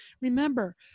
Remember